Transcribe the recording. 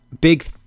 big